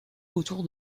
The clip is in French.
autour